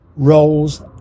roles